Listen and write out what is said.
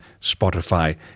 Spotify